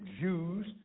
Jews